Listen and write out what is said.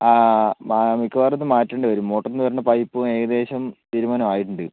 മിക്കവാറും ഇതു മാറ്റേണ്ടിവരും മോട്ടറിൽനിന്ന് വരുന്ന പൈപ്പ് ഏകദേശം തീരുമാനം ആയിട്ടുണ്ട്